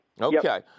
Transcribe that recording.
Okay